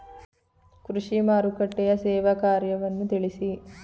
ಕೃಷಿ ಮಾರುಕಟ್ಟೆಯ ಸೇವಾ ಕಾರ್ಯವನ್ನು ತಿಳಿಸಿ?